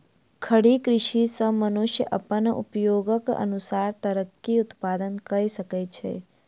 खड़ी कृषि सॅ मनुष्य अपन उपयोगक अनुसार तरकारी उत्पादन कय सकै छै